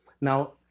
Now